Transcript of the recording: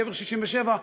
גבר 67,